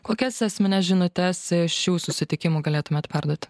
kokias esmines žinutes iš šių susitikimų galėtumėt perduoti